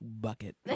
bucket